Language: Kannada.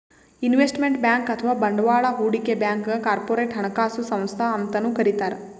ಇನ್ವೆಸ್ಟ್ಮೆಂಟ್ ಬ್ಯಾಂಕ್ ಅಥವಾ ಬಂಡವಾಳ್ ಹೂಡಿಕೆ ಬ್ಯಾಂಕ್ಗ್ ಕಾರ್ಪೊರೇಟ್ ಹಣಕಾಸು ಸಂಸ್ಥಾ ಅಂತನೂ ಕರಿತಾರ್